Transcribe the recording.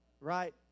right